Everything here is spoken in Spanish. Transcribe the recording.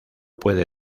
puede